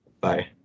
Bye